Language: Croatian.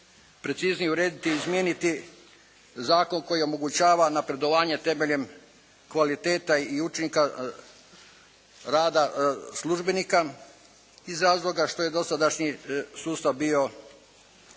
preciznije urediti i izmijeniti zakon koji omogućava napredovanje temeljem kvaliteta i učinka rada službenika iz razloga što je dosadašnji sustav bio